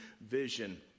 vision